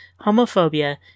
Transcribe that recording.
homophobia